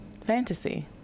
fantasy